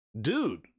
dude